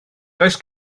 does